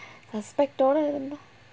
suspect ஓட இருந்தா:oda irunthaa